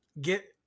get